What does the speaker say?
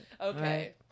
Okay